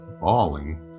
bawling